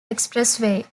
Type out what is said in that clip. expressway